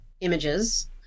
images